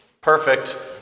perfect